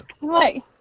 Right